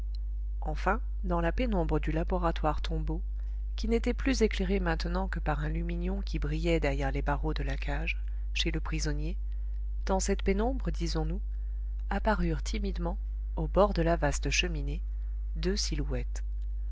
enfin dans la pénombre du laboratoire tombeau qui n'était plus éclairé maintenant que par un lumignon qui brillait derrière les barreaux de la cage chez le prisonnier dans cette pénombre disons-nous apparurent timidement au bord de la vaste cheminée deux silhouettes